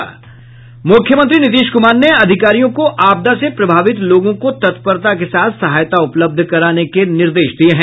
मुख्यमंत्री नीतीश कुमार ने अधिकारियों को आपदा से प्रभावित लोगों को तत्परता के साथ सहायता उपलब्ध कराने के निर्देश दिये हैं